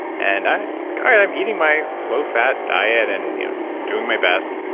and i like i am eating my low-fat diet and doing my best.